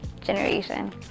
generation